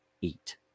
eat